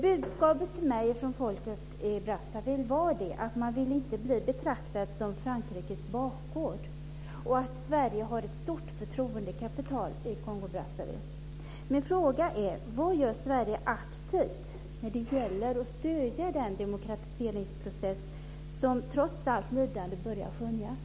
Budskapet till mig från folket i Kongo-Brazzaville var att det inte ville bli betraktat som Frankrikes bakgård, och att Sverige har ett stort förtroendekapital i Min fråga är: Vad gör Sverige aktivt när det gäller att stödja den demokratiseringsprocess som trots allt lidande börjar skönjas?